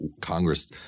Congress